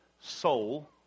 soul